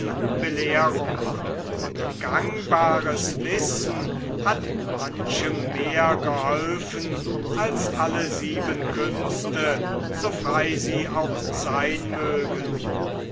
belehrung und gangbares wissen hat manchem mehr geholfen als alle sieben künste so frei sie auch seyn mögen